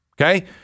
Okay